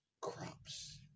crops